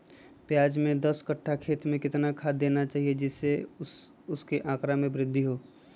प्याज के दस कठ्ठा खेत में कितना खाद देना चाहिए जिससे उसके आंकड़ा में वृद्धि हो?